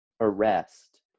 arrest